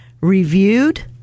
reviewed